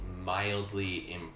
mildly